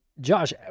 Josh